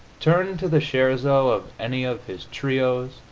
turn to the scherzo of any of his trios,